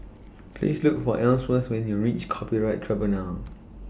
Please Look For Ellsworth when YOU REACH Copyright Tribunal